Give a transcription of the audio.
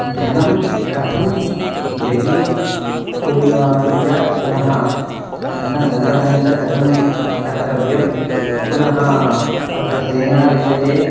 धनं कथं व्ययं कुर्यात् कुर्यात् पुनः धनसङ्ग्रहं च कथं कर्तव्यं पुनः तत्र सेना विषये